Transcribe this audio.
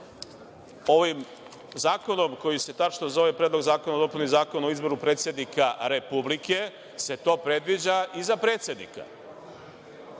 Ovim zakonom koji se tačno zove Predlog zakona o dopuni Zakona o izboru predsednika Republike se to predviđa i za predsednika.